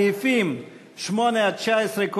סעיפים 8 19,